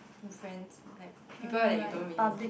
friends like people that you don't really